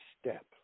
step